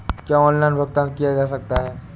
क्या ऑनलाइन भुगतान किया जा सकता है?